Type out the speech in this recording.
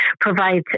provides